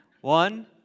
One